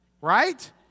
Right